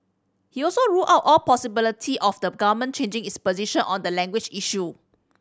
he also ruled out all possibility of the Government changing its position on the language issue